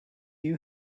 you